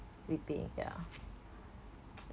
repaying ya